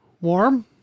Warm